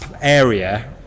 area